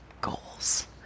goals